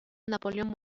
napoleón